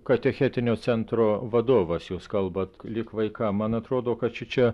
katechetinio centro vadovas jūs kalbat lyg vaikam man atrodo kad šičia